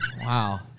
Wow